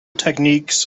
techniques